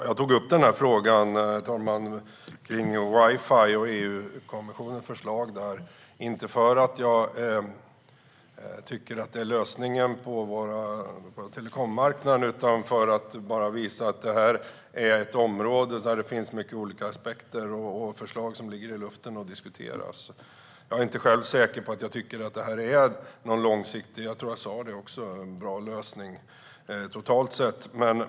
Herr talman! Jag tog upp frågan kring wifi och EU-kommissionens förslag inte för att jag tycker att det är lösningen för telekommarknaden utan för att visa att det här är ett område där det finns många olika aspekter och förslag som ligger i luften och diskuteras. Jag är själv inte säker på att jag tycker att det här totalt sett är någon långsiktigt bra lösning, vilket jag tror att jag sa.